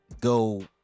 go